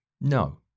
No